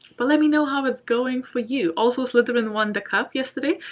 but let me know how it's going for you. also slytherin won the cup yesterday.